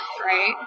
right